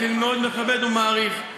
שאני מאוד מכבד ומעריך.